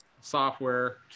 software